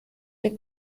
der